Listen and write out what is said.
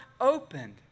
opened